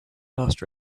last